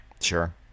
Sure